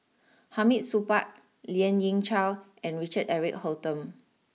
Hamid Supaat Lien Ying Chow and Richard Eric Holttum